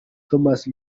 thomas